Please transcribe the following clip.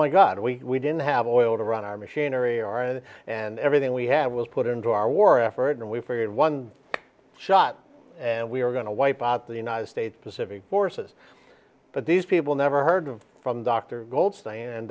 my god we didn't have oil to run our machinery or any and everything we had was put into our war effort and we figured one shot and we were going to wipe out the united states pacific forces but these people never heard from dr goldstein and